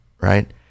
right